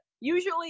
usually